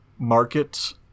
market